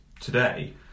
today